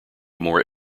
more